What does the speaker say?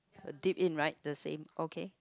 dip in right the same okay